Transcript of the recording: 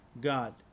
God